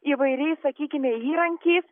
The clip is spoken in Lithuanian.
įvairiais sakykime įrankiais